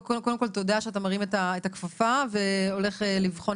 קודם כל תודה שאתה מרים את הכפפה והולך לבחון